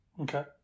Okay